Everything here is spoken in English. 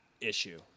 issue